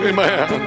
Amen